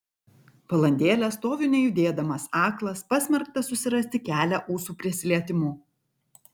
valandėlę stoviu nejudėdamas aklas pasmerktas susirasti kelią ūsų prisilietimu